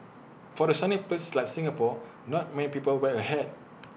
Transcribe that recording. for the sunny place like Singapore not many people wear A hat